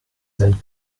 sind